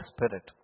Spirit